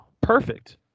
perfect